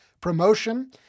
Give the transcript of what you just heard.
promotion